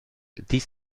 dies